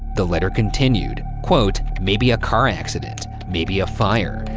the letter continued, quote, maybe a car accident, maybe a fire,